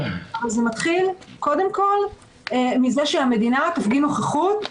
אבל זה מתחיל קודם כול מכך שהמדינה תפגין נוכחות,